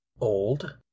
Old